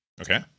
okay